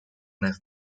nel